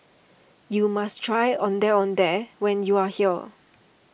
you must try Ondeh Ondeh when you are here